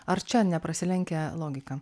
ar čia neprasilenkia logika